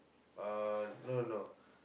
uh no no